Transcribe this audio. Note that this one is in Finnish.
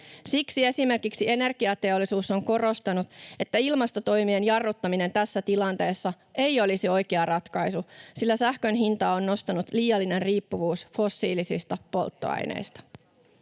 Siksi esimerkiksi Energiateollisuus on korostanut, että ”ilmastotoimien jarruttaminen tässä tilanteessa ei olisi oikea ratkaisu, sillä sähkön hintaa on nostanut liiallinen riippuvuus fossiilisista polttoaineista”.